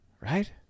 right